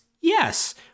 yes